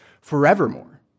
forevermore